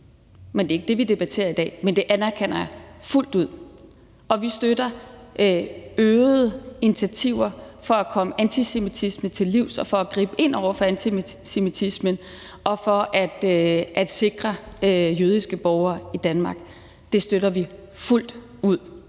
ud. Det er ikke det, vi debatterer i dag, men det anerkender jeg fuldt ud. Og vi støtter øgede initiativer for at komme antisemitismen til livs og for at gribe ind over for antisemitismen og for at sikre jødiske borgere i Danmark. Det støtter vi fuldt ud.